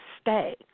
stay